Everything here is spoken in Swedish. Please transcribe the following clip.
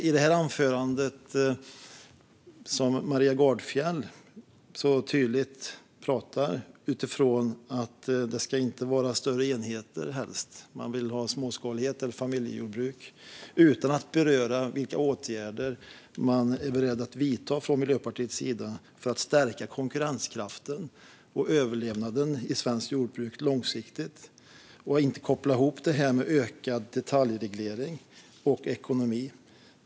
I anförandet pratar Maria Gardfjell tydligt om att det helst inte ska vara större enheter - man vill ha småskalighet eller familjejordbruk. Man berör inte vilka åtgärder man är beredd att vidta från Miljöpartiets sida för att stärka konkurrenskraften och överlevnaden i svenskt jordbruk långsiktigt, och man kopplar inte ihop det med ökad detaljreglering och ekonomi.